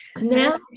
Now